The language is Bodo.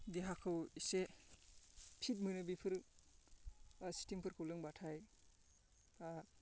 देहाखौ इसे फिट मोनो बेफोरो स्टिंफोरखौ लोंबाथाय